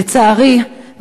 לצערי,